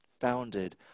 founded